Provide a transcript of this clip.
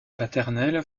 paternel